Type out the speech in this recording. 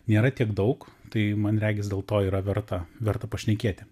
nėra tiek daug tai man regis dėl to yra verta verta pašnekėti